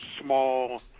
small